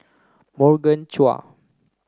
Morgan Chua